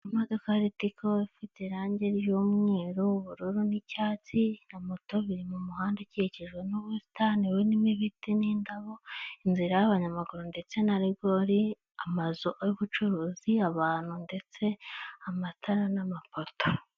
Imodoka ya Ritco ifite irange ry'umweru, ubururu n'icyatsi na moto biri mu muhanda ukikijwe n'ubusitani burimo ibiti n'indabo, inzira y'abanyamaguru ndetse na rigori, amazu y'ubucuruzi, abantu ndetse amatara n'amapoto.